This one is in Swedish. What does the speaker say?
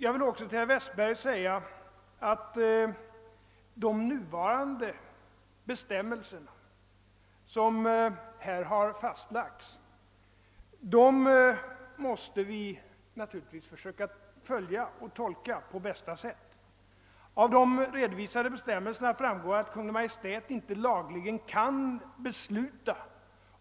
Jag vill också för herr Westberg påpeka att de nuvarande bestämmelserna, som här har fastlagts, måste vi naturligtvis försöka tolka och följa på bästa sätt. Av de redovisade bestämmelserna framgår att Kungl. Maj:t inte lagligen kan besiuta